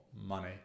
money